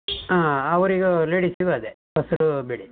ಆಂ ಅವರಿಗು ಲೇಡಿಸಿಗು ಅದೆ ಹಸಿರು ಬಿಳಿ